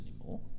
anymore